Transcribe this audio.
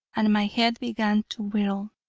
and my head began to whirl.